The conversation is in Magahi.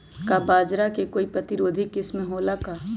का बाजरा के कोई प्रतिरोधी किस्म हो ला का?